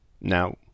Now